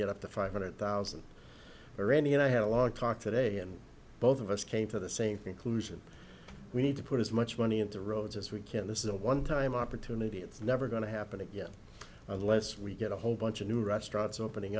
get up to five hundred thousand or any and i had a long talk today and both of us came to the same conclusion we need to put as much money into roads as we can this is a one time opportunity it's never going to happen again unless we get a whole bunch of new restaurants opening